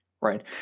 right